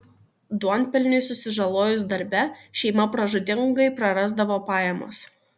duonpelniui susižalojus darbe šeima pražūtingai prarasdavo pajamas